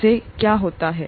उससे क्या होता है